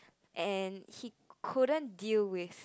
and he couldn't deal with